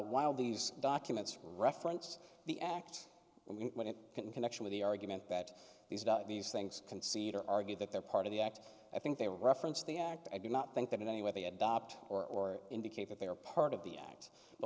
while these documents reference the act when we went in connection with the argument that these are these things concede or argue that they're part of the act i think they reference the act i do not think that in any way they adopt or indicate that they are part of the act